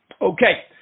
Okay